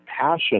passion